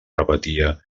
repetia